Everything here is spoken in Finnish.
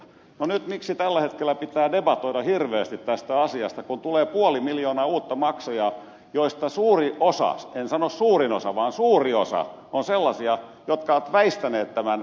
no miksi tällä hetkellä pitää debatoida hirveästi tästä asiasta kun tulee puoli miljoonaa uutta maksajaa joista suuri osa en sano suurin osa vaan suuri osa on sellaisia jotka ovat väistäneet tämän velvollisuuden